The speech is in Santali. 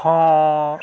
ᱦᱚᱸᱻ